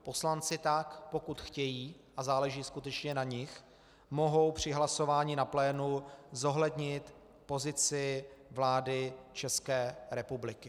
Poslanci tak, pokud chtějí, a záleží skutečně na nich, mohou při hlasování na plénu zohlednit pozici vlády České republiky.